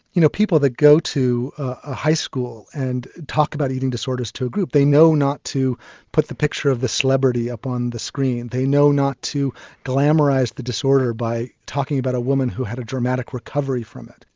you know people that go to a school and talk about eating disorders to a group, they know not to put the picture of the celebrity up on the screen. they know not to glamorise the disorder by talking about a woman who had a dramatic recovery from it.